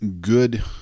good